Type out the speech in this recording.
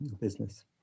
business